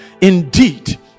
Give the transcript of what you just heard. indeed